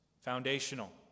Foundational